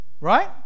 Right